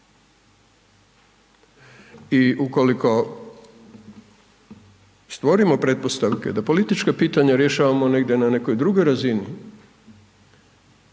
I ukoliko stvorimo pretpostavke da politička pitanja rješavamo negdje na nekoj drugoj razini,